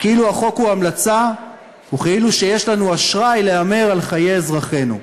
כאילו החוק הוא המלצה וכאילו שיש לנו אשראי להמר על חיי אזרחינו.